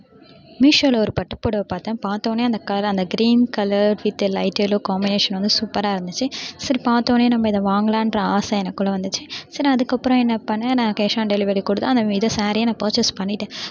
மீஷோவில் ஒரு பட்டு புடவ பார்த்தேன் பார்த்தோனே அந்த கலர் அந்த green colour with light yellow colour combination வந்து சூப்பராக இருந்துச்சு சரி பார்த்தோனே நம்ம இதை வாங்கலாங்ற ஆசை எனக்குள்ளே வந்துச்சு சரி அதுக்கு அப்புறம் என்ன பண்ணிணேன் நான் கேஷ் ஆன் டெலிவரி கொடுத்து அந்த இதை ஸேரீயை நான் பர்ச்சஸ் பண்ணிவிட்டேன்